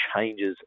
changes